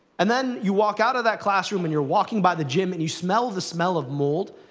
and then you walk out of that classroom, and you're walking by the gym, and you smell the smell of mold.